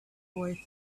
boy